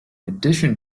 addition